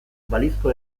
balizko